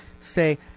say